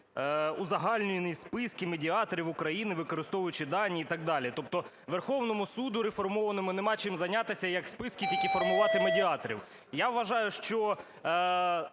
узагальнені списки медіаторів України, використовуючи дані і так далі. Тобто Верховному Суду реформованому нема чим зайнятися, як списки тільки формувати медіаторів. Я вважаю, що